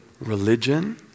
religion